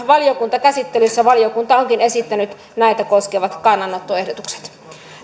valiokuntakäsittelyssä valiokunta onkin esittänyt näitä koskevat kannanottoehdotukset